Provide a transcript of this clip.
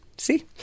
See